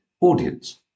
audience